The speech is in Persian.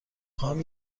خواهم